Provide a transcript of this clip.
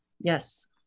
yes